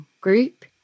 Group